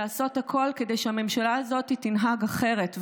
לעשות הכול כדי שהממשלה הזאת תנהג אחרת,